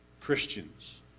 Christians